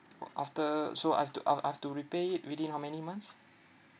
orh after so I've to I've I've to repay it within how many months